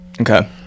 Okay